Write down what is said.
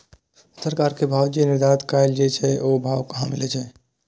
सरकार के भाव जे निर्धारित कायल गेल छै ओ भाव कहाँ मिले छै?